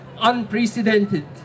unprecedented